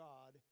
God